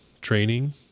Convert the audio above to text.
training